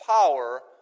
power